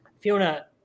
Fiona